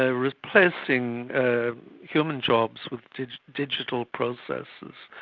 ah replacing human jobs with digital processes.